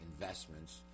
investments